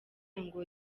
ngo